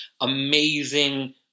amazing